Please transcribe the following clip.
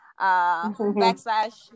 backslash